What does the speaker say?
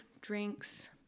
drinks